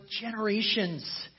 generations